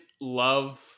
love